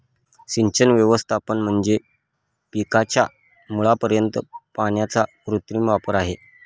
सिंचन व्यवस्थापन म्हणजे पिकाच्या मुळापर्यंत पाण्याचा कृत्रिम वापर आहे